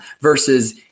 versus